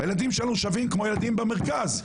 הילדים שלנו שווים כמו ילדים במרכז,